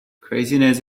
craziness